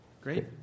Great